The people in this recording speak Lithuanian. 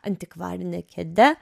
antikvarine kėde